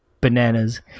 bananas